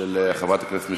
מזרח והבלקן.